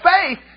faith